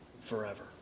forever